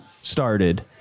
started